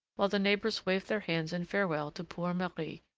while the neighbors waved their hands in farewell to poor marie,